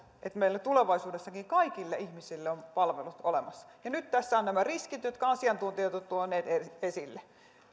että meillä tulevaisuudessakin kaikille ihmisille on palvelut olemassa nyt tässä ovat nämä riskit jotka asiantuntijat ovat tuoneet esille